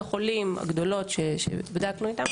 כלומר, קופות החולים הגדולות שבדקנו איתן